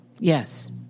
Yes